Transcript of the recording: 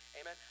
amen